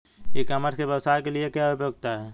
ई commerce के व्यवसाय के लिए क्या उपयोगिता है?